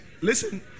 Listen